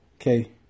Okay